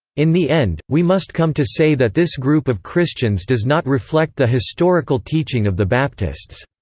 in the end, we must come to say that this group of christians does not reflect the historical teaching of the baptists.